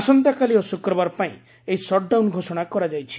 ଆସନ୍ତାକାଲି ଓ ଶୁକ୍ରବାର ପାଇଁ ଏହି ସଟ୍ଡାଉନ ଘୋଷଣା କରାଯାଇଛି